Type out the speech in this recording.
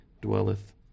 dwelleth